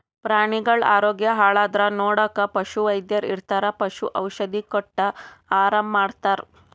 ಪ್ರಾಣಿಗಳ್ ಆರೋಗ್ಯ ಹಾಳಾದ್ರ್ ನೋಡಕ್ಕ್ ಪಶುವೈದ್ಯರ್ ಇರ್ತರ್ ಪಶು ಔಷಧಿ ಕೊಟ್ಟ್ ಆರಾಮ್ ಮಾಡ್ತರ್